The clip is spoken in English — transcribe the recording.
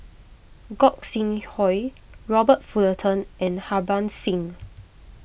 Gog Sing Hooi Robert Fullerton and Harbans Singh